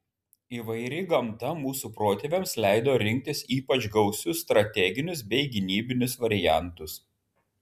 įvairi gamta mūsų protėviams leido rinktis ypač gausius strateginius bei gynybinius variantus